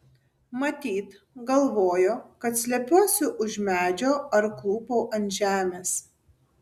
matyt galvojo kad slepiuosi už medžio ar klūpau ant žemės